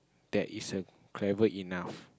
that is err clever enough